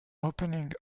opening